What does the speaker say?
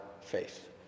faith